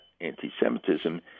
anti-Semitism